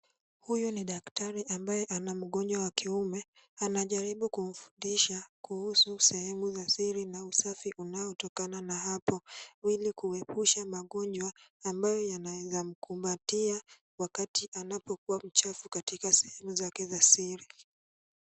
Huyu ni daktari ambaye ana mgonjwa wa kiume, anajaribu kumfundisha kuhusu sehemu za siri na usafi unaotokana na hapo ili kuepusha magonjwa ambayo yanaweza kumkumbatia wakati anapokuwa mchafu katika sehemu zake za siri.